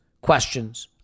questions